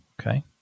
okay